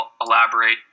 elaborate